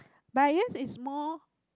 but I guess it's more